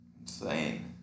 Insane